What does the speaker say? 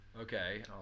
Okay